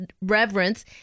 reverence